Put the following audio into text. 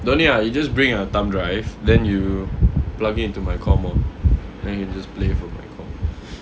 don't need ah you just bring a thumb drive then you plug it into my com lor then can just play from my com